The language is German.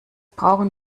brauchen